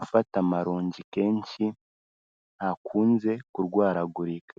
ufata amarongi kenshi ntakunze kurwaragurika.